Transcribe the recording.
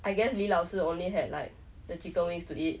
I guess 李老师 only had like the chicken wings to eat